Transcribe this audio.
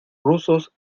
rusos